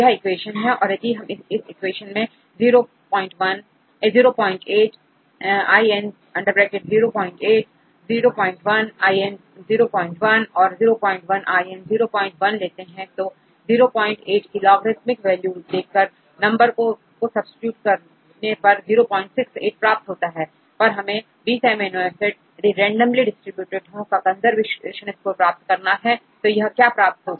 यह इक्वेशन है और यदि यह equation 08 ln 08 01 ln01 and 01 ln01 है तो 08 की लॉ गरिदमिक वैल्यू देखकर नंबर को सब्सीट्यूट करने 0 68 प्राप्त होता है पर हमें 20 अमीनो एसिड्स यदि रैंडमली डिस्ट्रिब्यूटेड हो का कंजर्वेशन स्कोर क्या प्राप्त होगा